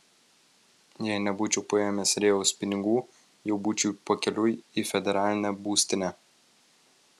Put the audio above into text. jei nebūčiau paėmęs rėjaus pinigų jau būčiau pakeliui į federalinę būstinę